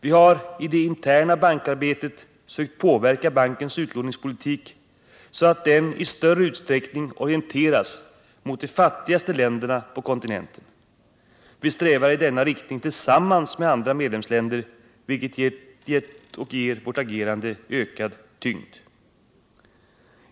Vi har i det interna bankarbetet sökt påverka bankens utlåningspolitik så att den i större utsträckning orienteras mot de fattigaste länderna på kontinenten. Vi strävar i denna riktning tillsammans med andra medlemsländer, vilket ger vårt agerande ökad tyngd.